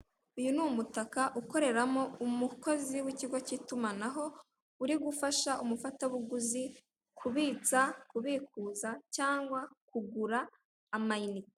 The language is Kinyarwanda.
Uyu ni umutaka ukoreramo umukozi w'ikigo k'itumanaho uri gufasha umufatabuguzi kubitsa, kubikuza cyangwa kugura amayinite.